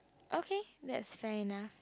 okay that's fair enough